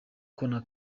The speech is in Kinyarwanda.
kano